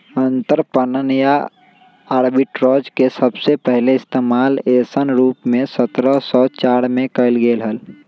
अंतरपणन या आर्बिट्राज के सबसे पहले इश्तेमाल ऐसन रूप में सत्रह सौ चार में कइल गैले हल